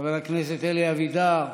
אלי אבידר,